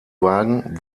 wagen